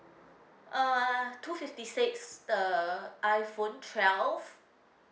uh two fifty six the iphone twelve